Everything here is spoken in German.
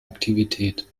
aktivität